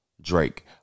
Drake